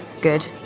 Good